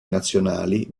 nazionali